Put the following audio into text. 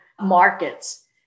markets